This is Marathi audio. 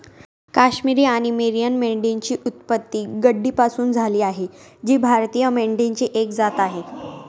काश्मिरी आणि मेरिनो मेंढ्यांची उत्पत्ती गड्डीपासून झाली आहे जी भारतीय मेंढीची एक जात आहे